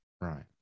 right